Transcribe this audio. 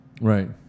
Right